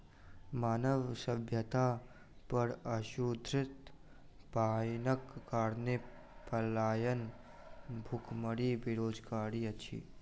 मानव सभ्यता पर अशुद्ध पाइनक कारणेँ पलायन, भुखमरी, बेरोजगारी अछि